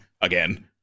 again